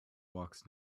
walks